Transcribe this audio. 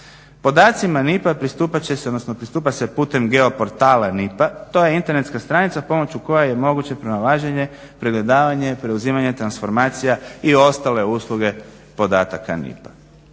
Podacima NIP-a pristupa se putem geoportala NIP-a, to je internetska stranica pomoću koje je moguće pronalaženje, pregledavanje, preuzimanje, transformacija i ostale usluge podataka NIP-a.